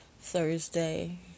Thursday